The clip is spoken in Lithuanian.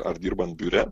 ar dirbant biure